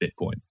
Bitcoin